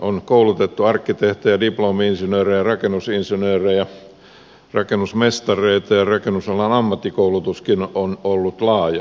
on koulutettu arkkitehteja diplomi insinöörejä rakennusinsinöörejä rakennusmestareita ja rakennusalan ammattikoulutuskin on ollut laajaa